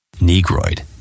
Negroid